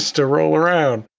to roll around.